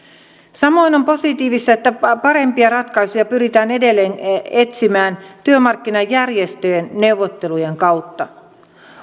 samoin on positiivista että parempia ratkaisuja pyritään edelleen etsimään työmarkkinajärjestöjen neuvottelujen kautta